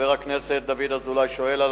חבר הכנסת דוד אזולאי שואל על